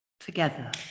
together